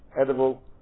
edible